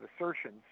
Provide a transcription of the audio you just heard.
assertions